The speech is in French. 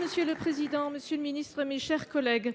Monsieur le président, monsieur le garde des sceaux, mes chers collègues,